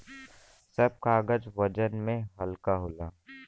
सब कागज वजन में हल्का होला